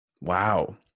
Wow